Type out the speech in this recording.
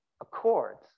accords